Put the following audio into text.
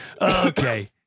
Okay